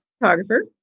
photographer